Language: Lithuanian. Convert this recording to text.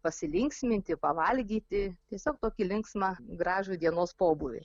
pasilinksminti pavalgyti tiesiog tokį linksmą gražų dienos pobūvį